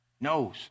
knows